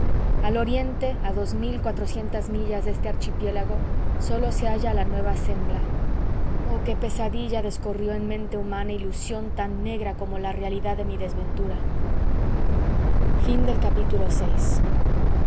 al oriente a dos mil cuatrocientas millas de este archipiélago sólo se halla la nueva zembla oh qué pesadilla descorrió en mente humana ilusión tan negra como la realidad de mi desventura vii